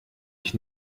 ich